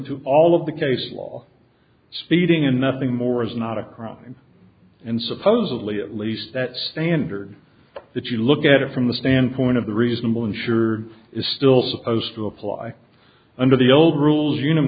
to all of the case law speeding and nothing more is not a crime and supposedly at least that standard that you look at it from the standpoint of the reasonable insurer is still supposed to apply under the old rules